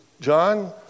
John